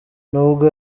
nubwo